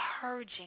purging